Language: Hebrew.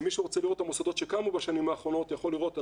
מי שרוצה לראות את המוסדות שקמו בשנים האחרונות יכול לראות,